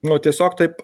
nu tiesiog taip